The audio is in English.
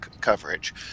coverage